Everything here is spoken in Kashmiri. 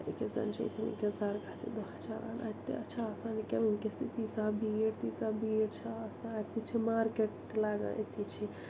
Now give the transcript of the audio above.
ییٚکیٛاہ زَنہٕ چھِ أتی وٕنۍکٮ۪س درگاہ تہِ دۄہ چلان اَتہِ تہٕ اَتہِ چھِ آسان ییٚکیٛاہ وٕنۍکٮ۪س تہِ تیٖژاہ بھیٖڑ تیٖژاہ بھیٖڑ چھِ آسان اَتہِ تہِ چھِ مارکٮ۪ٹ تہِ لَگان أتی چھِ